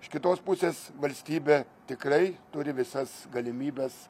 iš kitos pusės valstybė tikrai turi visas galimybes